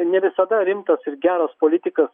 ne visada rimtas ir geras politikas